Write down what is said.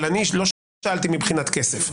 אבל לא שאלתי מבחינת כסף,